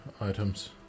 items